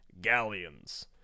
galleons